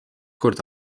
kord